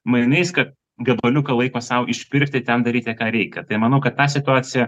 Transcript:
mainais kad gabaliuką laiko sau išpirkti ten daryti ką reikia tai manau kad ta situacija